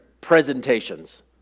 presentations